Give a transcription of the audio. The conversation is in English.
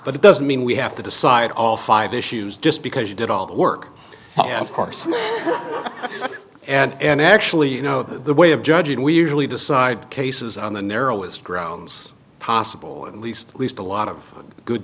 but it doesn't mean we have to decide all five issues just because you did all the work of course and actually you know the way of judge and we usually decide cases on the narrowest grounds possible at least at least a lot of good